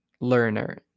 learner